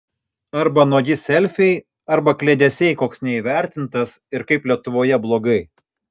arba nuogi selfiai arba kliedesiai koks neįvertintas ir kaip lietuvoje blogai